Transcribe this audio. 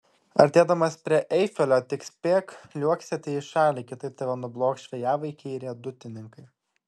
artėdamas prie eifelio tik spėk liuoksėti į šalį kitaip tave nublokš vėjavaikiai riedutininkai